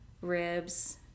ribs